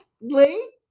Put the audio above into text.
lee